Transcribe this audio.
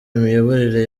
imiyoborere